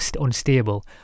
unstable